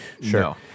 Sure